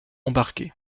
embarqués